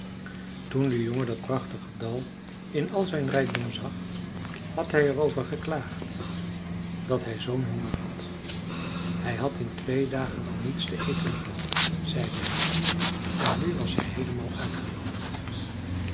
toen de jongen dat prachtige dal in al zijn rijkdom zag had hij er over geklaagd dat hij zoo'n honger had hij had in twee dagen al niets te eten gehad zeide hij en nu was hij heelemaal